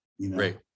Right